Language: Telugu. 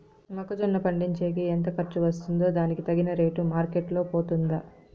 మొక్క జొన్న పండించేకి ఎంత ఖర్చు వస్తుందో దానికి తగిన రేటు మార్కెట్ లో పోతుందా?